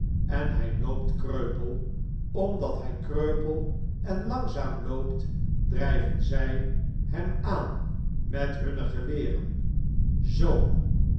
en hij loopi kreupel omdat hij kreupel en langzaam loopt driven zjj hem aan met hunne geweren zoo